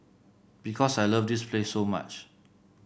because I love this place so much